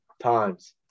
times